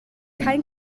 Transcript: kein